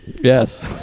Yes